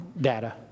data